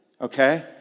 Okay